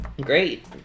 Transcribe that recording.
great